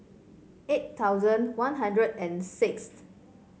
eight thousand One Hundred and sixth